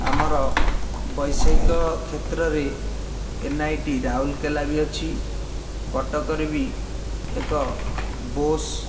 ଆମର ବୈଷୟିକ କ୍ଷେତ୍ରରେ ଏନ୍ ଆଇ ଟି ରାଉରକେଲା ବି ଅଛି କଟକରେ ବି ଏକ ବୋସ୍